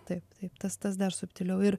taip taip tas tas dar subtiliau ir